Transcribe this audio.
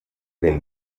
del